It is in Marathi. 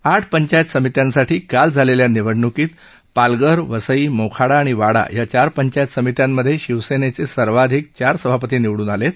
आठ पंचायत समित्यासाठीं काल झालेल्या निवडणूकीत पालघर वसई मोखाडा आणि वाडा या चार पंचायत समित्यांमध्ये शिवसेनेचे सर्वाधिक चार सभापती निवडून आलेत